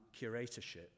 curatorship